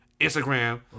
Instagram